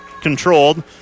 controlled